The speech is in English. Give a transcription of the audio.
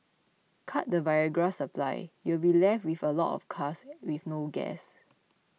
cut the Viagra supply you'll be left with a lot of cars with no gas